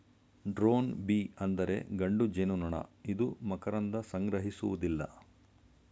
drone bee ಅಂದರೆ ಗಂಡು ಜೇನುನೊಣ ಇದು ಮಕರಂದ ಸಂಗ್ರಹಿಸುವುದಿಲ್ಲ